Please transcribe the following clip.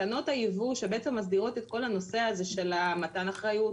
תקנות הייבוא שבעצם מסדירות את כל הנושא הזה של מתן אחריות,